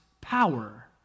power